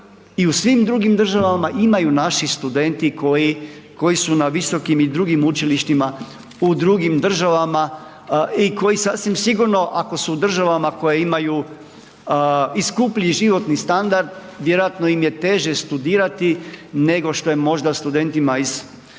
i u svim državama imaju naši studenti koji, koji su na visokim i drugim učilištima u drugim državama i koji sasvim sigurno ako su u državama koje imaju i skuplji životni standard, vjerojatno im je teže studirati nego što je možda studentima iz većine